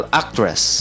actress